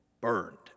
burned